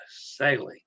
sailing